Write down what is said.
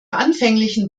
anfänglichen